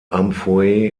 amphoe